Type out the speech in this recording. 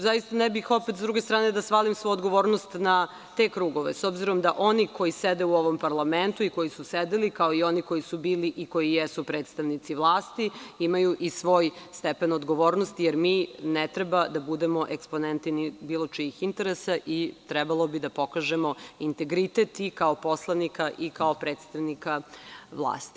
Zaista, ne bih opet s druge strane da svalim svu odgovornost na te krugove, s obzirom da oni koji sede u ovom parlamentu i koji su sedeli, kao i oni koji su bili i koji jesu predstavnici vlasti, imaju i svoj stepen odgovornosti, jer mi ne treba da budemo eksponenti bilo čijih interesa i trebalo bi da pokažemo integritet i kao poslanika i kao predstavnika vlasti.